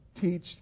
teach